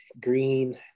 green